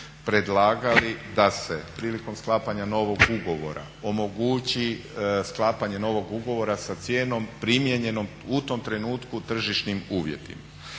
predlagali da se prilikom sklapanja novog ugovora omogući sklapanje novog ugovora sa cijenom primijenjenom u tom trenutku tržišnim uvjetima.